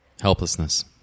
Helplessness